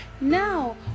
now